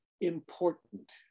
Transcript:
important